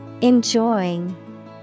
Enjoying